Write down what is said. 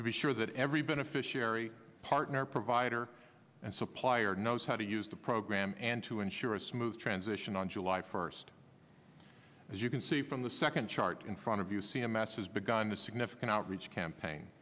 to be sure that every beneficiary partner provider and supplier knows how to use the program and to ensure a smooth transition on july first as you can see from the second chart in front of you see a mess has begun the significant outreach campaign